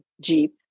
Jeep